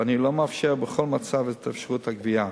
ואני לא מאפשר בכל מצב את אפשרות הגבייה.